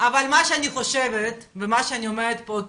אבל מה שאני חושבת ומה שאני אומרת פה,